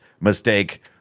mistake